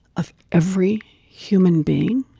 of every human being